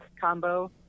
combo